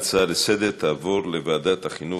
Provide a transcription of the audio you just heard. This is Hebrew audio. ההצעה להעביר את הנושא לוועדת החינוך,